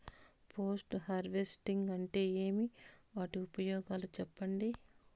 Post harvesting అంటే ఏమి? వాటి ఉపయోగాలు చెప్పండి?